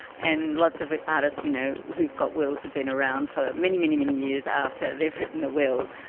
and lots of artists you know who've got wills have been around for many, many, many years after they've written a will.